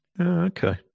okay